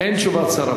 אין תשובת שר?